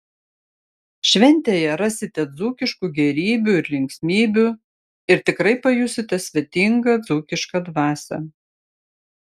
šventėje rasite dzūkiškų gėrybių ir linksmybių ir tikrai pajusite svetingą dzūkišką dvasią